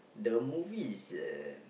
the movie is uh